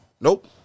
nope